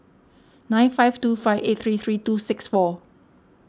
nine five two five eight three three two six four